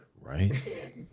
Right